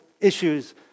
issues